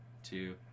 Two